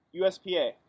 USPA